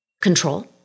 control